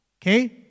Okay